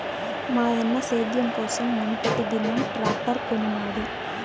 మాయన్న సేద్యం కోసం మునుపటిదినం ట్రాక్టర్ కొనినాడు